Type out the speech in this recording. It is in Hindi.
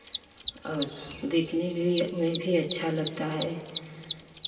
और देखने मे भी में भी अच्छा लगता है